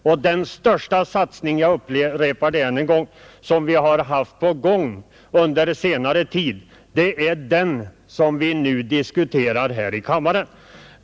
Och den största satsning — jag upprepar det — som vi har haft på gång under senare tid är den som vi nu diskuterar här i kammaren.